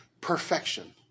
perfection